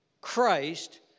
Christ